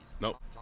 Nope